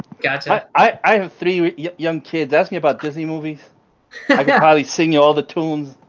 gotcha. i have three young kids ask me about disney movie. i got holly singing all the tunes,